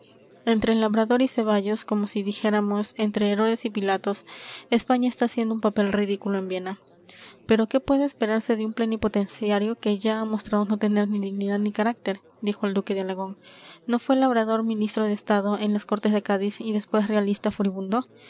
entre labrador y ceballos como si dijéramos entre herodes y pilatos españa está haciendo un papel ridículo en viena pero qué puede esperarse de un plenipotenciario que ya ha mostrado no tener ni dignidad ni carácter dijo el duque de alagón no fue labrador ministro de estado en las cortes de cádiz y después realista furibundo